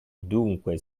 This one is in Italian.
dunque